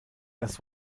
das